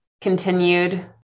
continued